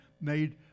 made